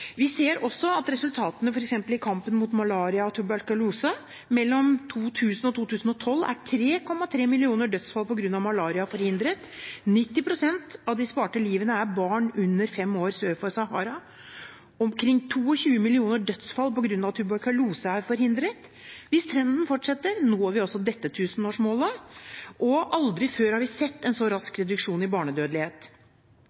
Vi ser også resultater f.eks. i kampen mot malaria og tuberkulose. Mellom 2000 og 2012 er 3,3 millioner dødsfall på grunn av malaria forhindret, 90 pst. av de sparte livene er barn under fem år sør for Sahara. Omkring 22 millioner dødsfall på grunn av tuberkulose er forhindret. Hvis trenden fortsetter, når vi også dette tusenårsmålet. Aldri før har vi sett en så rask reduksjon i barnedødelighet.